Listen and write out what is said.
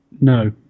No